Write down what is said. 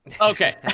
Okay